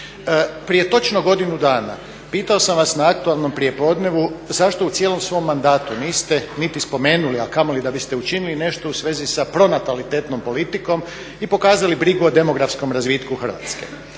Prije točno godinu dana pitao sam vas na Aktualnom prijepodnevu zašto u cijelom svom mandatu niste niti spomenuli, a kamoli da biste učinili nešto u svezi sa pronatalitetnom politikom i pokazali brigu o demografskom razvitku Hrvatske.